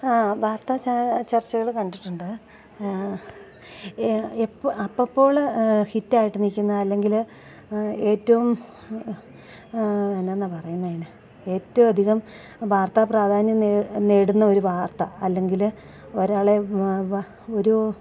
ആ വാർത്താ ചർച്ചകള് കണ്ടിട്ടുണ്ട് അപ്പപ്പോള് ഹിറ്റായിട്ട് നില്ക്കുന്ന അല്ലെങ്കില് ഏറ്റവും എന്താണ് പറയുന്നതതിന് ഏറ്റവുമധികം വാർത്താപ്രാധാന്യം നേടുന്നൊരു വാർത്ത അല്ലെങ്കില് ഒരാളെ ഒരു